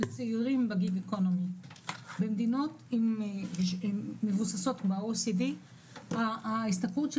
צעירים ב- .Gig Economyבמדינות מבוססות ב-OECD ההשתכרות של